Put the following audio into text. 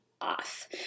off